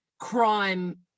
crime